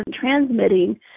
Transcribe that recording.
transmitting